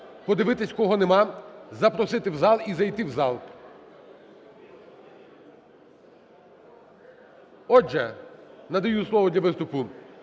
подивитися, кого немає, запросити в зал і зайти в зал. Отже, надаю слово для виступу